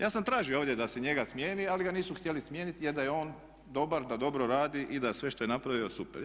Ja sam tražio ovdje da se njega smijeni ali ga nisu htjeli smijeniti jer da je on dobar, da dobro radi i da sve što je napravio super je.